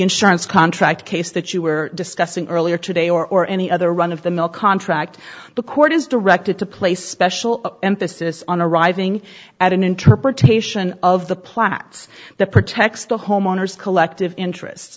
insurance contract case that you were stressing earlier today or any other run of the mill contract the court is directed to place special emphasis on arriving at an interpretation of the platts that protects the homeowners collective interest